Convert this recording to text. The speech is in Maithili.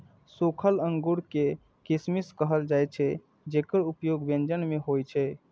सूखल अंगूर कें किशमिश कहल जाइ छै, जेकर उपयोग व्यंजन मे होइ छै